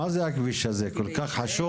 מה זה הכביש הזה, כל כך חשוב?